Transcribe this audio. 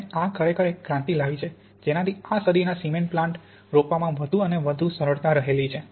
અને આ ખરેખર એક ક્રાંતિ લાવી છે જેનાથી આ સદીના સિમેન્ટ પ્લાન્ટ રોપવામાં વધુ અને વધુ સરળતા રહેલી છે